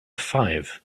five